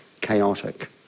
chaotic